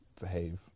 behave